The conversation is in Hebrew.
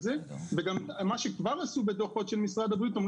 זה וגם מה שכבר עשו בדוחות של משרד הבריאות,